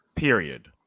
Period